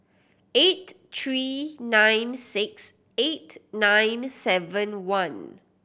eight three nine six eight nine seven one